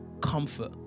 Comfort